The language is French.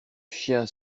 chien